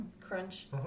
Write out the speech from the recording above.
Crunch